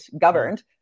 governed